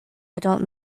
adult